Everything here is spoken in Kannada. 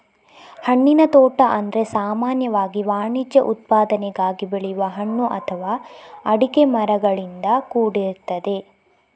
ಹಣ್ಣಿನ ತೋಟ ಅಂದ್ರೆ ಸಾಮಾನ್ಯವಾಗಿ ವಾಣಿಜ್ಯ ಉತ್ಪಾದನೆಗಾಗಿ ಬೆಳೆಯುವ ಹಣ್ಣು ಅಥವಾ ಅಡಿಕೆ ಮರಗಳಿಂದ ಕೂಡಿರ್ತದೆ